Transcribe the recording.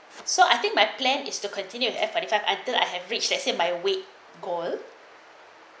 so I think my plan is to continue to F forty five until I have reached that say my weight goal